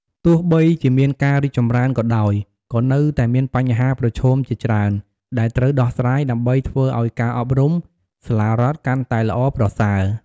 ទោះបីជាមានការរីកចម្រើនក៏ដោយ ក៏នៅតែមានបញ្ហាប្រឈមជាច្រើន ដែលត្រូវដោះស្រាយដើម្បីធ្វើឱ្យការអប់រំសាលារដ្ឋកាន់តែល្អប្រសើរ។